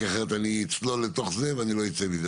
כי אחרת אצלול לתוך זה ולא אצא מזה.